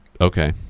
Okay